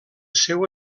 seu